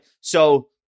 So-